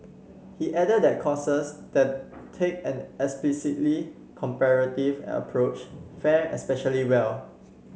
he added that courses that take an explicitly comparative approach fare especially well